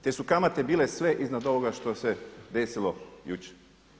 Te su kamate bile sve iznad ovoga što se desilo jučer.